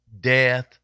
death